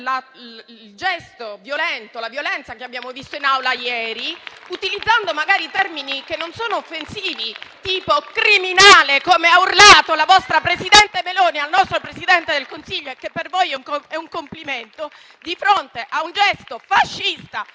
il gesto violento, la violenza che abbiamo visto in Aula ieri, utilizzando magari termini che non sono offensivi, tipo «criminale», come la vostra presidente del Consiglio Meloni ha urlato al nostro Presidente del Consiglio e che per voi è un complimento, di fronte a un gesto fascista